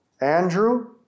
Andrew